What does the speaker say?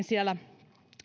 siellä